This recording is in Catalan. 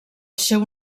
seu